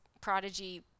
prodigy